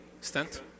stent